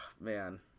man